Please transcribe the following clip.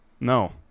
No